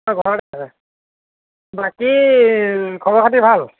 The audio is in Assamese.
ঘৰত আছে বাকী খবৰ খতি ভাল